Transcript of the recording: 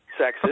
sexist